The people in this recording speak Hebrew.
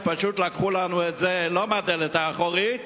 אז פשוט לקחו לנו לא מהדלת האחורית,